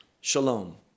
shalom